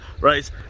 Right